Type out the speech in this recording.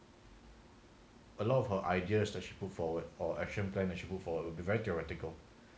a lot of her ideas that she put forward or action plan that she put forward would be very theoretical